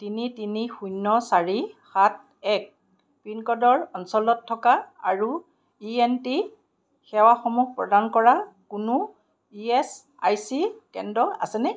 তিনি তিনি শূন্য চাৰি সাত এক পিনক'ডৰ অঞ্চলত থকা আৰু ই এন টি সেৱাসমূহ প্ৰদান কৰা কোনো ই এচ আই চি কেন্দ্ৰ আছেনে